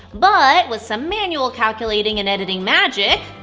but with some manual calculating and editing magic.